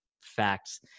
facts